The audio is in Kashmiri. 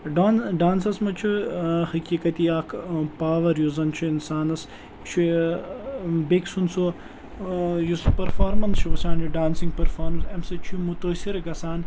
ڈان ڈانسَس منٛز چھُ حقیٖقتی اکھ پاوَر یُس زَن چھُ اِنسانَس چھُ بیٚکہِ سُنٛد سُہ یُس پٔرفارمٮ۪نٕس چھُ وَسان یہِ ڈانسِنٛگ پٔرفارمٮ۪نٕس اَمہِ سۭتۍ چھُ مُتٲثر گَژھان